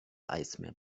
eismeer